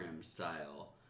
style